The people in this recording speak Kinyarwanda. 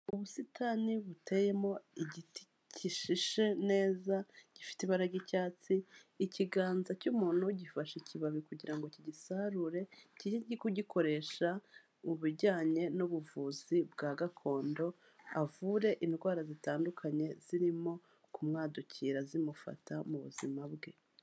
Ubusitani buteyemo igiti gishishe neza gifite ibara ry'icyatsi. Ikiganza cy'umuntu gifashe ikibabi kugira ngo kigisarure kijye kugikoresha mu bijyanye n'ubuvuzi bwa gakondo avure indwara zitandukanye zirimo kumwadukira zimufata mu buzima bwe.